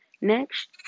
Next